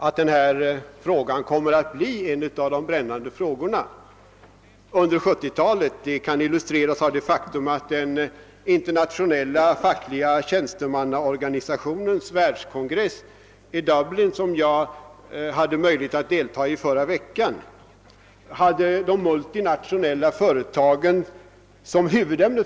Att denna fråga kommer att bli en av de brännande under de 1970-talet kan illustreras av det faktum att den internationella fackliga tjänstemannaorganisationens världskongress i Dublin, som jag hade möjlighet att delta i under förra veckan, hade de multinationella företagen som sitt huvudämne.